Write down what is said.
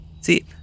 See